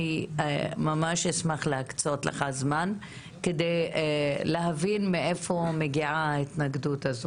אני ממש אשמח להקצות לך זמן כדי להבין מאיפה מגיעה ההתנגדות הזו.